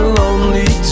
lonely